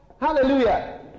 Hallelujah